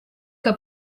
que